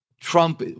trump